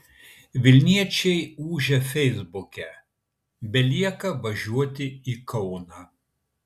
vilniečiai ūžia feisbuke belieka važiuoti į kauną